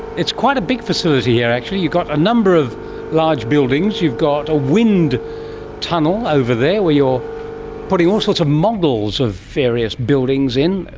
it's quite a big facility here actually. you've got number of large buildings. you've got a wind tunnel over there where you're putting all sorts of models of various buildings in,